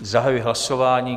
Zahajuji hlasování.